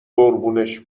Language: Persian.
قربونش